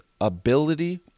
ability